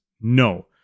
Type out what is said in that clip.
No